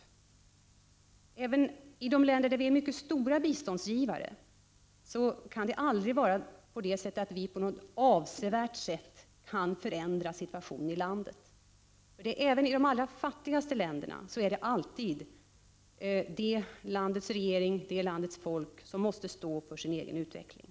Inte ens i de länder där Sverige är en mycket stor biståndsgivare kan det någonsin vara så att vi på ett avsevärt sätt kan förändra situationen i landet. Även i de allra fattigaste länderna är det alltid det landets regering och folk som måste stå för sin egen utveckling.